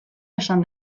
esan